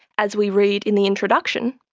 as we read in the introduction,